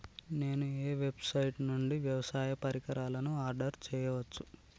నేను ఏ వెబ్సైట్ నుండి వ్యవసాయ పరికరాలను ఆర్డర్ చేయవచ్చు?